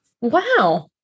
Wow